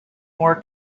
more